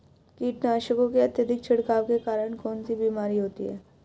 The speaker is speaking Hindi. कीटनाशकों के अत्यधिक छिड़काव के कारण कौन सी बीमारी होती है?